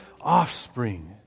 offspring